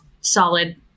solid